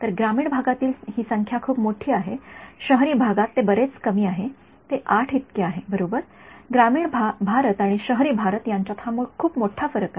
तर ग्रामीण भागातील ही संख्या खूप मोठी आहे शहरी भागात ते बरेच कमी आ ते ८ इतके आहे बरोबर ग्रामीण भारत आणि शहरी भारत यांच्यात हा खूप मोठा फरक आहे